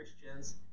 Christians